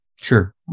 Sure